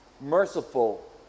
merciful